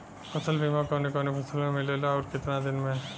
फ़सल बीमा कवने कवने फसल में मिलेला अउर कितना दिन में?